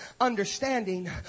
understanding